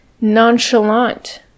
nonchalant